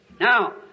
Now